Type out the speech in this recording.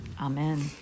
Amen